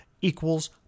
equals